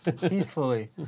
Peacefully